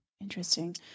Interesting